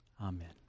Amen